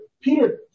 Peter